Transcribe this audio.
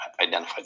identified